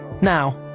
Now